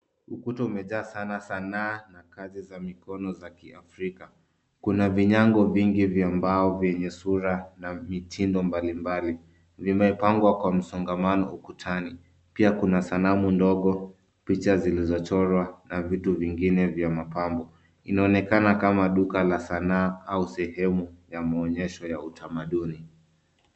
Ukuta umejaa sana sanaa na kazi za mikono za kiafrika. Kuna vinyago vingi vya mbao vyenye sura na mitindo mbalimbali. Zimepangwa kwa msongamano ukutani. Pia kuna sanamu ndogo, picha zilizochorwa, na vitu vingine vya mapambo. Inaonekana kama duka la sanaa au sehemu ya maonyesho ya utamaduni.